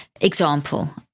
example